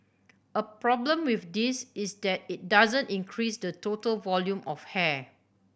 a problem with this is that it doesn't increase the total volume of hair